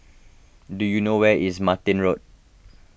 do you know where is Martin Road